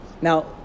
Now